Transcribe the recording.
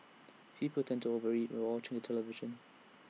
people tend to over eat while watching the television